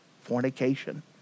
Fornication